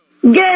Good